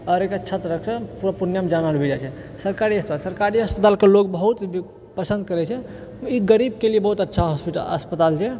आओर एकरा अच्छा तरहसँ पूरा पूर्णियामे जानल भी जाइत छै सरकारी अस्पताल सरकारी अस्पतालके लोग बहुत पसन्द करैत छै ई गरीबके लिअऽ बहुत अच्छा अस्पताल छै